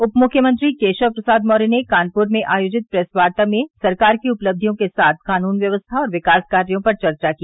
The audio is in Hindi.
उप मृख्यमंत्री केशव प्रसाद मौर्य ने कानप्र में आयोजित प्रेसवार्ता में सरकार की उपलब्धियों के साथ कानून व्यवस्था और विकास कार्यो पर चर्चा की